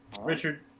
Richard